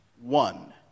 one